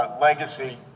legacy